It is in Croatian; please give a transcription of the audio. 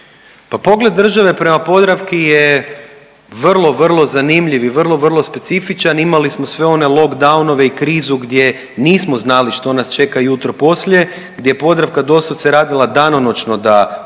Pa pogled države prema „Podravki“ je vrlo vrlo zanimljiv i vrlo vrlo specifičan, imali smo sve one lockdownove i krizu gdje nismo znali što nas čeka jutro poslije gdje je „Podravka“ doslovce radila danonoćno da